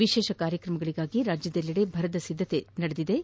ವಿಶೇಷ ಕಾರ್ಯಕ್ರಮಗಳಿಗಾಗಿ ರಾಜ್ಯದೆಲ್ಲೆಡೆ ಭರದ ಸಿದ್ದತೆಗಳು ನಡೆದಿವೆ